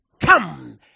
come